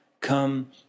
come